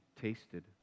tasted